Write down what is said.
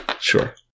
sure